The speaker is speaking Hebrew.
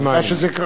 אבל בכל אופן,